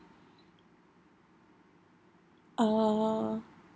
uh